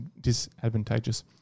disadvantageous